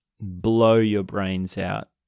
blow-your-brains-out